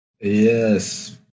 Yes